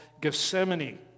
Gethsemane